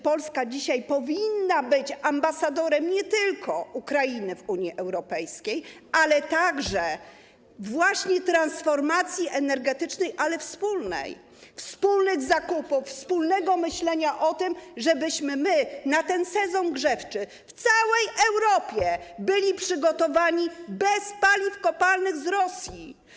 Polska dzisiaj powinna być ambasadorem nie tylko Ukrainy w Unii Europejskiej, ale także właśnie transformacji energetycznej, ale wspólnej, wspólnych zakupów, wspólnego myślenia o tym, żebyśmy my na ten sezon grzewczy w całej Europie byli przygotowani bez paliw kopalnych z Rosji.